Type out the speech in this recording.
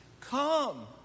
come